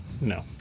No